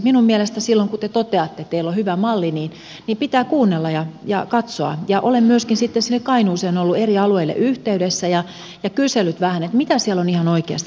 minun mielestäni silloin kun te toteatte että teillä on hyvä malli pitää kuunnella ja katsoa ja olen myöskin sitten sinne kainuuseen ollut eri alueille yhteydessä ja kysellyt vähän mitä siellä on ihan oikeasti tapahtunut